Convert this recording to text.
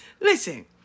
Listen